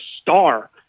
star